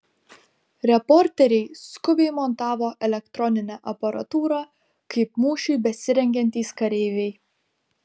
reporteriai skubiai montavo elektroninę aparatūrą kaip mūšiui besirengiantys kareiviai